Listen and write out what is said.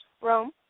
Rome